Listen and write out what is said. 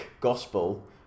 gospel